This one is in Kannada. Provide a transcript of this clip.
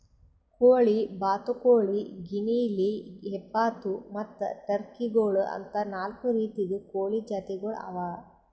ಕೋಳಿ, ಬಾತುಕೋಳಿ, ಗಿನಿಯಿಲಿ, ಹೆಬ್ಬಾತು ಮತ್ತ್ ಟರ್ಕಿ ಗೋಳು ಅಂತಾ ನಾಲ್ಕು ರೀತಿದು ಕೋಳಿ ಜಾತಿಗೊಳ್ ಅವಾ